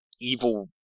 evil